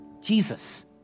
Jesus